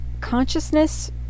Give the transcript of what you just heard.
consciousness